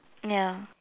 ya